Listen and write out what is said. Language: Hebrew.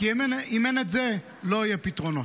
כי אם אין את זה, לא יהיו פתרונות.